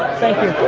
thank you,